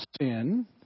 sin